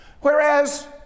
Whereas